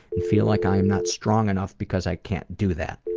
and feel like i am not strong enough because i can't do that.